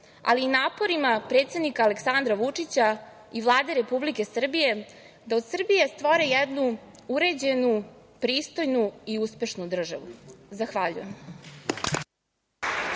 ali i naporima predsednika Aleksandra Vučića i Vlade Republike Srbije da od Srbije stvore jednu uređenu, pristojnu i uspešnu državu. Zahvaljujem.